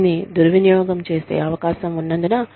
దీన్ని దుర్వినియోగం చేసే అవకాశం ఉన్నందున